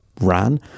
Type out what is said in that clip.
ran